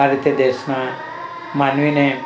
આ રીતે દેશના માનવીને